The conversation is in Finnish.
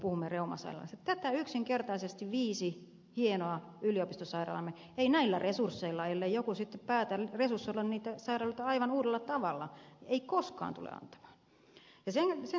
tätä yksinkertaisesti viisi hienoa yliopistosairaalaamme ei näillä resursseilla ellei joku sitten päätä resursoida niitä sairaaloita aivan uudella tavalla koskaan tule antamaan